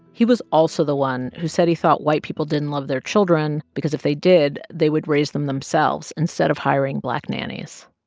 he was also the one who said he thought white people didn't love their children, because if they did, they would raise them themselves instead of hiring black nannies.